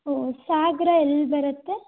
ಓಹ್ ಸಾಗರ ಎಲ್ಲಿ ಬರುತ್ತೆ